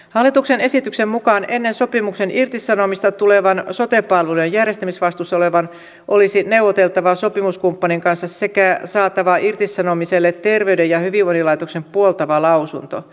hallituksen esityksen mukaan ennen sopimuksen irtisanomista tulevan sote palveluiden järjestämisvastuussa olevan olisi neuvoteltava sopimuskumppanin kanssa sekä saatava irtisanomiselle terveyden ja hyvinvoinnin laitoksen puoltava lausunto